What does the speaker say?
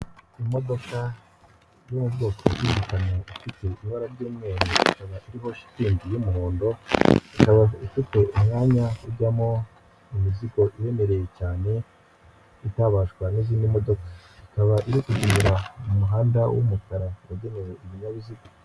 Imodoka yo mu bwoko bw'igikamyo ifite ibara ry'umweru ikaba iriho shitingi y'umuhondo, ikaba ifite umwanya ujyamo imizigo iremereye cyane itabashwa n'izindi modoka, ikaba iyo kugendera mu muhanda w'umukara wagenewe ibinyabiziga.